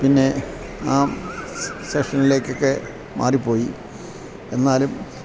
പിന്നെ ആ സെക്ഷനിലേക്കൊക്കെ മാറിപ്പോയി എന്നാലും